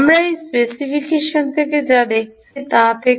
আমরা এই স্পেসিফিকেশন থেকে যা দেখেছি তা থেকে